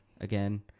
again